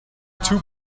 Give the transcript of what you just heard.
too